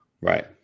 Right